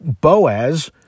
Boaz